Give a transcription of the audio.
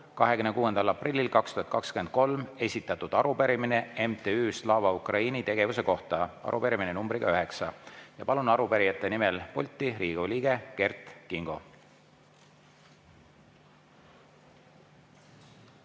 26. aprillil 2023 esitatud arupärimine MTÜ Slava Ukraini tegevuse kohta. Arupärimine nr 9. Palun arupärijate nimel pulti Riigikogu liikme Kert Kingo.